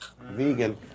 Vegan